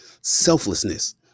Selflessness